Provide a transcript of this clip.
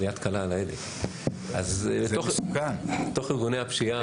בתוך ארגוני הפשיעה